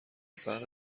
ساعت